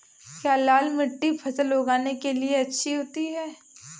क्या लाल मिट्टी फसल उगाने के लिए अच्छी होती है?